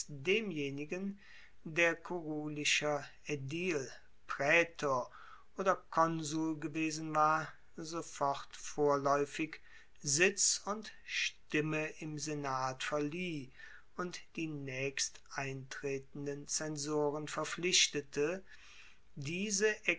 demjenigen der kurulischer aedil praetor oder konsul gewesen war sofort vorlaeufig sitz und stimme im senat verlieh und die naechst eintretenden zensoren verpflichtete diese